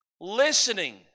listening